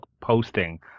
posting